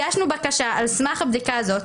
הגשנו בקשה על סמך הבדיקה הזאת,